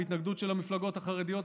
וההתנגדות של המפלגות החרדיות,